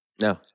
No